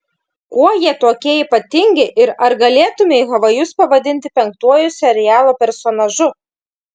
kuo jie tokie ypatingi ir ar galėtumei havajus pavadinti penktuoju serialo personažu